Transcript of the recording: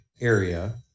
area